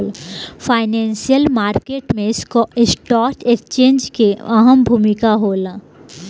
financial market में stock exchange के अहम भूमिका होला